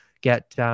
get